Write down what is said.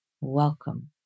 Welcome